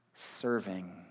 Serving